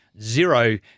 zero